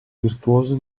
virtuoso